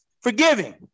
forgiving